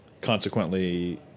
consequently